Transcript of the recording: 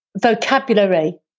vocabulary